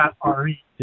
R-E